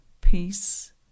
peace